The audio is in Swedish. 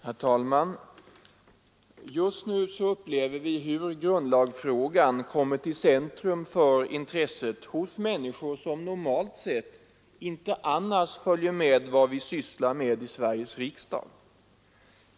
Herr talman! Just nu upplever vi hur grundlagsfrågan kommit i centrum för intresset hos människor som normalt inte följer vad vi sysslar med i Sveriges riksdag.